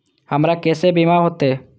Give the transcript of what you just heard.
हमरा केसे बीमा होते?